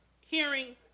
hearing